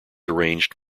arranged